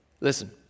Listen